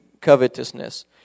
covetousness